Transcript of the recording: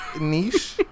niche